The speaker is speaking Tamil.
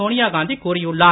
சோனியா காந்தி கூறியுள்ளார்